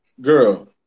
girl